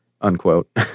unquote